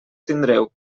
tindreu